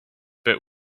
but